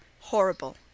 horrible